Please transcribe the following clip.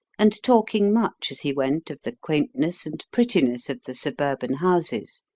and talking much as he went of the quaintness and prettiness of the suburban houses.